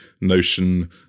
Notion